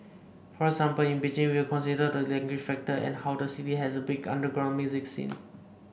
for example in Beijing we will consider the language factor and how the city has a big underground music scene